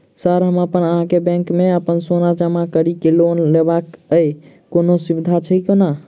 Sir हमरा अहाँक bank मे अप्पन सोना जमा करि केँ लोन लेबाक अई कोनो सुविधा छैय कोनो?